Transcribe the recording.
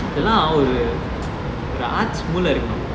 இதெல்லாம் ஒரு ஒரு:ithellaam oru oru arts மூல இருக்கனும்:moola irukkanum